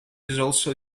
also